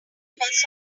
mess